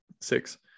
Six